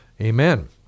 Amen